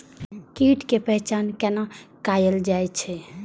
कीटक पहचान कैना कायल जैछ?